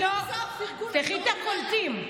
תפתחי את הקולטים,